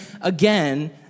again